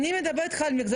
אני שומעת פה אקדמיה,